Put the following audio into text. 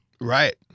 Right